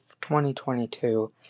2022